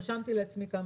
רשמתי לעצמי כמה